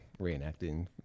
reenacting